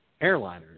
airliners